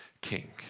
king